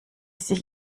sich